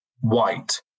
white